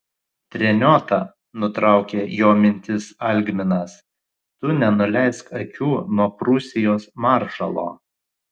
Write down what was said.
treniota nutraukė jo mintis algminas tu nenuleisk akių nuo prūsijos maršalo